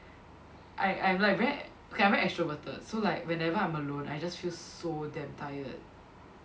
I I'm like very okay I'm very extroverted so like whenever I'm alone I just feel so damn tired